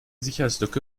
sicherheitslücke